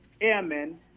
airmen